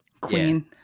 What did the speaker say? Queen